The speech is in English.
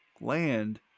land